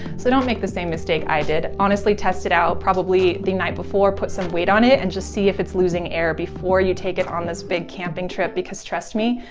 so don't make the same mistake i did. honestly, test it out, probably the night before. put some weight on it and just see if it's losing air before you take it on this big camping trip, because trust me,